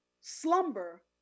slumber